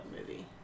movie